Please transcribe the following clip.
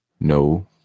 No